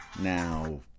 Now